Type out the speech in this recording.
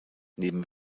neben